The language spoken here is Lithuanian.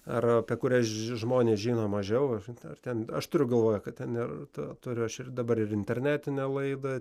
ar apie kurias žmonės žino mažiau ar ten aš turiu galvoje kad neverta turiu aš ir dabar ir internetinę laidą